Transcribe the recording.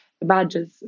badges